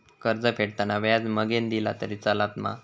कर्ज फेडताना व्याज मगेन दिला तरी चलात मा?